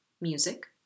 music